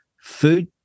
food